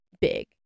big